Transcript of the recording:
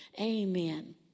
Amen